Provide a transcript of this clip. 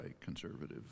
conservative